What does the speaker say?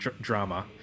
drama